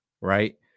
right